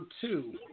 two